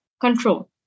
control